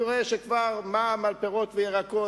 אני רואה שכבר המע"מ על פירות וירקות